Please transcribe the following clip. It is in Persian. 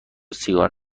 سیگار